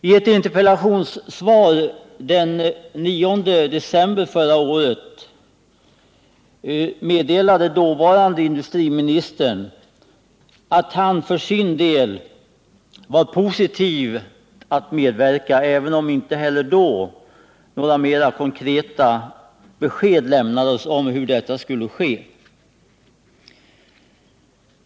I ett interpellationssvar den 9 december förra året meddelade dåvarande industriministern, att han för sin del var positiv till en medverkan, även om inte heller då några konkreta besked lämnades om hur denna skulle ske.